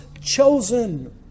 chosen